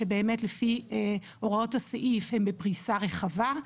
שבאמת לפי הוראות הסעיף הם בפריסה רחבה.